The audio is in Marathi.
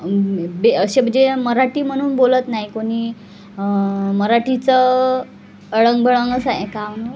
बे असे म्हणजे मराठी म्हणून बोलत नाही कोणी मराठीचं अळंगबळंगच आहे का म्हणून